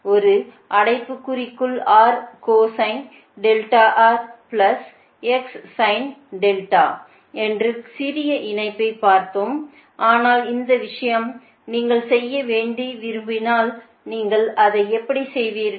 ஒரு அடைப்புக்குறிக்குள் R cosine delta R plus X sin delta என்று சிறிய இணைப்பை பார்த்தோம் ஆனால் இந்த விஷயத்தில் நீங்கள் செய்ய விரும்பினால் நீங்கள் அதை எப்படி செய்வீர்கள்